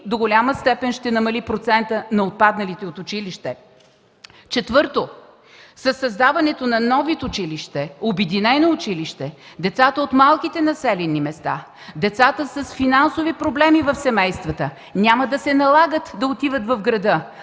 до голяма степен ще намали процента на отпадналите от училище. Четвърто, със създаването на нов вид обединено училище децата от малките населени места, децата с финансови проблеми в семействата няма да се налага да отиват в града,